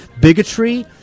Bigotry